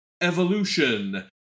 Evolution